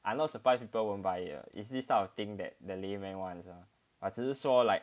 I am not surprised people won't buy uh is this type of thing that the layman wants ah 只是说 like